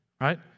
right